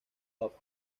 off